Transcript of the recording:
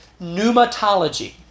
pneumatology